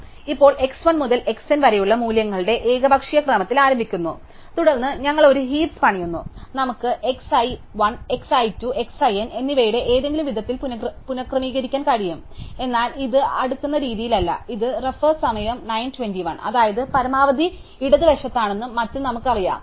അതിനാൽ ഇപ്പോൾ x 1 മുതൽ xn വരെയുള്ള മൂല്യങ്ങളുടെ ഏകപക്ഷീയ ക്രമത്തിൽ ആരംഭിക്കുന്നു തുടർന്ന് ഞങ്ങൾ ഒരു ഹീപ്സ് പണിയുന്നു നമുക്ക് xi 1 xi 2 xin എന്നിവയുടെ ഏതെങ്കിലും വിധത്തിൽ പുനക്രമീകരിക്കാൻ കഴിയും എന്നാൽ ഇത് അടുക്കുന്ന രീതിയിലല്ല ഇത് അതായത് പരമാവധി ഇടതുവശത്താണെന്നും മറ്റും നമുക്കറിയാം